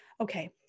okay